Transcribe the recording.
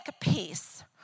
peace